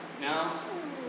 Now